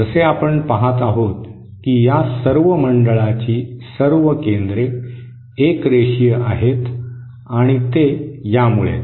जसे आपण पहात आहोत की या सर्व मंडळाची सर्व केंद्रे एकरेशीय आहेत आणि ते यामुळेच